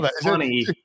funny